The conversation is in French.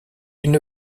une